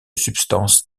substances